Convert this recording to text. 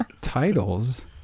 titles